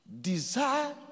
desire